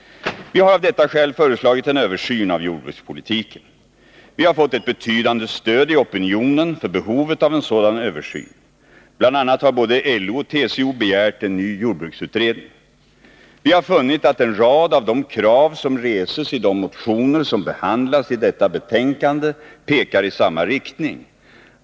Vi har av detta skäl föreslagit en översyn av jordbrukspolitiken. Vi har fått ett betydande stöd i opinionen för behovet av en sådan översyn. Bl. a. har både LO och TCO begärt en ny jordbruksutredning. Vi har funnit att en rad av de krav som reses i de motioner som behandlas i detta betänkande pekar i samma riktning.